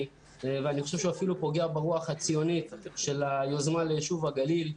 ואפילו פוגע ברוח הציונית של היוזמה ליישוב הגליל,